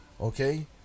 Okay